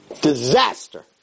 disaster